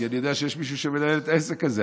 כי אני יודע שיש מישהו שמנהל את העסק הזה.